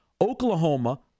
Oklahoma